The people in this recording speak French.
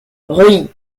reuilly